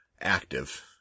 active